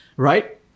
right